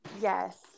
Yes